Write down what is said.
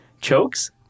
Chokes